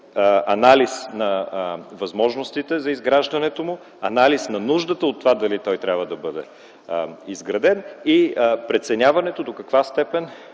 анализ на възможностите за изграждането му, анализ на нуждата от това дали той трябва да бъде изграден и преценяването до каква степен